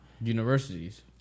Universities